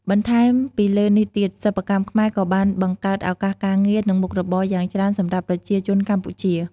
បន្ថែមពីលើនេះទៀត សិប្បកម្មខ្មែរក៏បានបង្កើតឱកាសការងារ និងមុខរបរយ៉ាងច្រើនសម្រាប់ប្រជាជនកម្ពុជា។